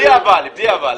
סגור.